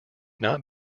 not